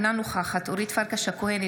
אינה נוכחת אורית פרקש הכהן,